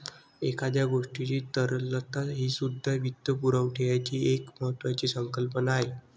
एखाद्या गोष्टीची तरलता हीसुद्धा वित्तपुरवठ्याची एक महत्त्वाची संकल्पना आहे